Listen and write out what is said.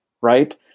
Right